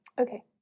Okay